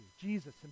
Jesus